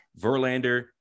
Verlander